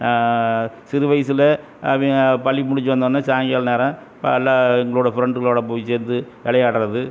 சிறு வயசில் அவி பள்ளி முடிஞ்சு வந்தோன்னே சாயங்கால நேரம் எல்லா எங்களோடய ஃப்ரெண்டுங்களோடு போய் சேர்ந்து விளையாடுறது